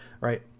right